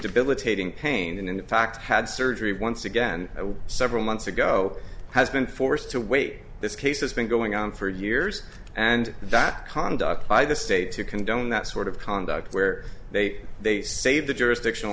debilitating pain and in fact had surgery once again several months ago has been forced to wait this case has been going on for years and that conduct by the state to condone that sort of conduct where they they save the jurisdiction